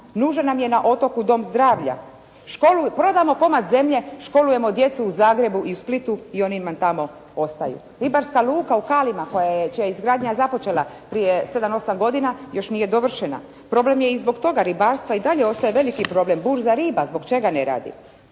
Nužan nam je na otoku dom zdravlja. Školu, prodamo komad zemlje, školujemo djecu u Zagrebu i u Splitu i oni tamo ostaju. Ribarska luka u Kalima koja je, čija je izgradnja započela prije 7, 8 godina još nije dovršena. Problem je i zbog toga. Ribarstvo i dalje ostaje veliki problem. Burza riba, zbog čega ne radi?